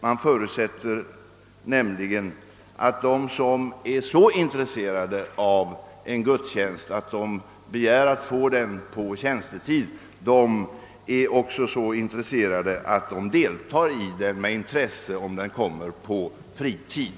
Man förutsätter nämligen att de som är så intresserade av en gudstjänst att de begär att få den på tjänstetid, också kommer att delta med intresse om den sker på fritid.